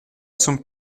sun